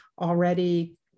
already